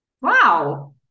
Wow